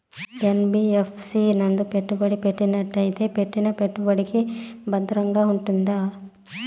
NBFC నందు పెట్టుబడి పెట్టినట్టయితే పెట్టిన పెట్టుబడికి భద్రంగా ఉంటుందా?